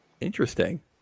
Interesting